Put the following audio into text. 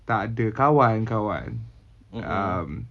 takde kawan kawan um